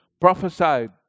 prophesied